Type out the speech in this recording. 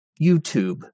youtube